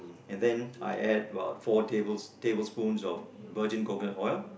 and then I add about four tables tablespoons of virgin coconut oil